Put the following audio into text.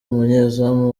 umunyezamu